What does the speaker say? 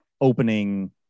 opening